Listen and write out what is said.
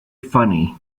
funny